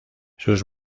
sus